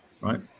right